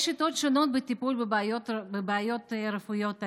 יש שיטות שונות לטיפול בבעיות הרפואיות האלה.